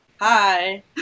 hi